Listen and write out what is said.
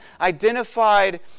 identified